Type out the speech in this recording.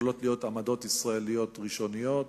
יכולות להיות עמדות ישראליות ראשוניות